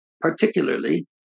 particularly